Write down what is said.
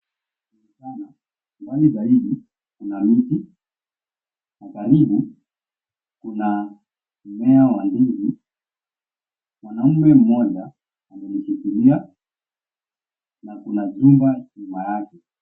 Kunaonekana mbali zaidi kuna miti, na karibu kuna mmea wa ndizi, mwanamme mmoja amelishikilia na kuna jumba nyuma yake.